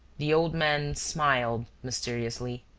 the old man smiled mysteriously.